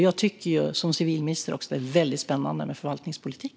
Jag tycker som civilminister att det är väldigt spännande med förvaltningspolitik.